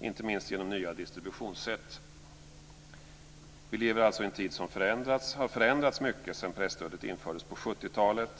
inte minst genom nya distributionssätt. Vi lever alltså i en tid som har förändrats mycket sedan presstödet infördes på 70-talet.